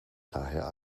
daher